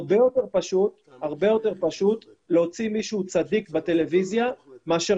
הרבה יותר פשוט להוציא מישהו צדיק בטלוויזיה מאשר